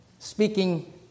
Speaking